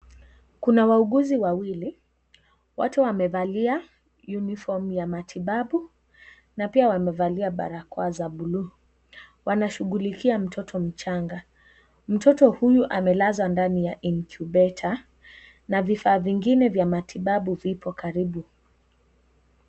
Kuna wauguzi wawili, wote wamevalia uniform ya matibabu na pia wamevalia barakoa za bluu. Wanashugulikia mtoto mchanga. Mtoto huyu amelazwa ndani ya incubator na vifaa vingine vya matibabu vipo karibu.